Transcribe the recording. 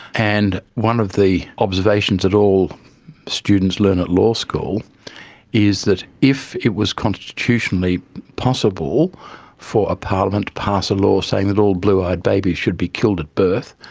and one of the observations that all students learn at law school is that if it was constitutionally possible for a parliament to pass a law saying that all blue-eyed babies should be killed at birth,